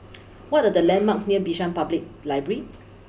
what are the landmarks near Bishan Public library